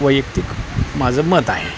वैयक्तिक माझं मत आहे